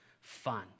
fun